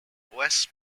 west